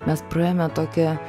mes praėjome tokią